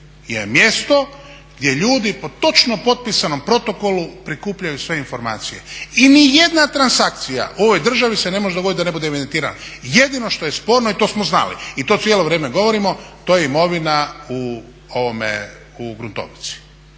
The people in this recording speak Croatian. je mjesto gdje ljudi po točno potpisanom protokolu prikupljaju sve informacije i nijedna transakcija u ovoj državi se ne može dogodit da ne bude evidentirana. Jedino što je sporno i to smo znali i to cijelo vrijeme govorimo, to je imovina u gruntovnici.